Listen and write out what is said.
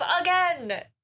again